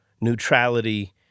neutrality